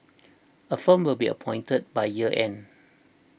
a firm will be appointed by year end